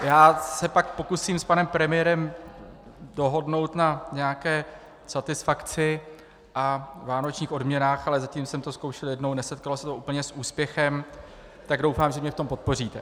Já se pak pokusím s panem premiérem dohodnout na nějaké satisfakci a vánočních odměnách, ale zatím jsem to zkoušel jednou a nesetkalo se to úplně s úspěchem, tak doufám, že mě v tom podpoříte.